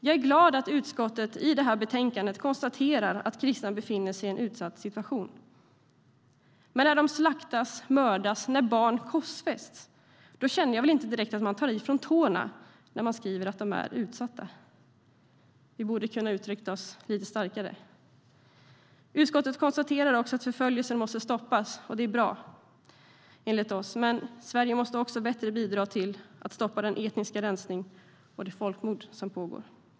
Jag är glad att utskottet i betänkandet konstaterar att kristna befinner sig i en utsatt situation. Men när de slaktas och mördas och när barn korsfästs känner jag väl inte direkt att man tar i från tårna när man skriver att de är "utsatta". Vi borde kunna uttrycka oss lite starkare. Utskottet konstaterar också att förföljelsen måste stoppas, och det är bra enligt oss. Sverige måste dock även bättre bidra till att stoppa den etniska utrensning och det folkmord som pågår.